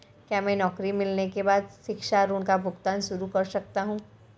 क्या मैं नौकरी मिलने के बाद शिक्षा ऋण का भुगतान शुरू कर सकता हूँ?